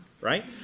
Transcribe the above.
right